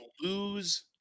lose